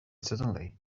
suddenly